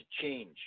change